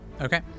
Okay